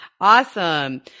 Awesome